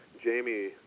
Jamie